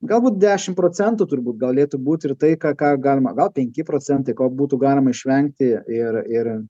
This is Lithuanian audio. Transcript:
galbūt dešim procentų turbūt galėtų būt ir tai ką ką galima gal penki procentai ko būtų galima išvengti ir ir